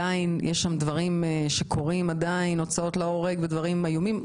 אבל יש שם דברים שקורים עדיין כמו הוצאות להורג ודברים איומים.